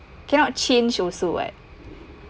cannot change also [what]